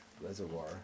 reservoir